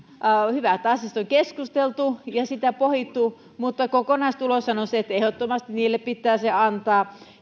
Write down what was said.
hyvä että asiasta on keskusteltu ja sitä pohdittu mutta kokonaistuloshan on se että ehdottomasti niille pitää se antaa